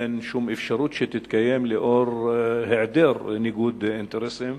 ואין שום אפשרות שתתקיים לאור היעדר ניגוד אינטרסים.